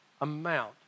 amount